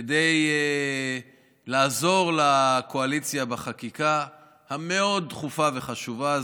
כדי לעזור לקואליציה בחקיקה המאוד-דחופה וחשובה הזו.